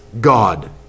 God